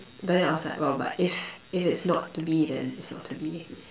but then I was like well but if if it's not to be then it's not to be